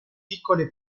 piccole